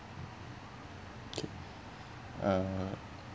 okay uh